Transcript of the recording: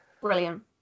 Brilliant